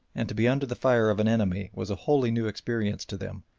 and to be under the fire of an enemy was a wholly new experience to them,